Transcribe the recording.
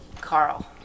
carl